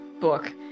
book